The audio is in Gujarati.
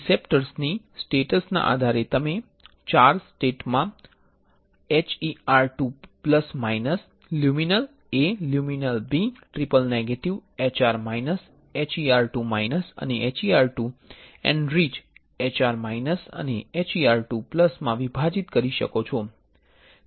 રીસેપ્ટર્સની સ્ટેટસ ના આધારે તમે ચાર સ્ટેટ માં HER2 plus minus luminal A luminal B triple negative HR minus HER2 minus અને HER2 એનરિચ HR માઇનસ અને HER2 પ્લસ વિભાજિત કરી શકો છો